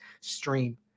stream